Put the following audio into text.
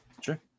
Sure